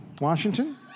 Washington